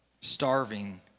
starving